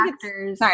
Sorry